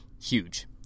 huge